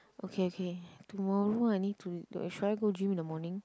okay okay tomorrow I need to should I go gym in the morning